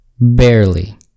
Barely